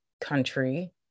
country